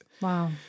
Wow